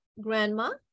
Grandma